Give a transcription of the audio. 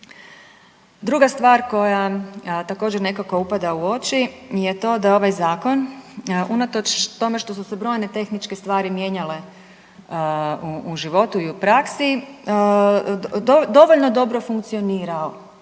Druga stvar koja također, nekako upada u oči je to da ovaj Zakon unatoč tome što su se brojne tehničke stvari mijenjale u životu i u praksi, dovoljno dobro funkcionira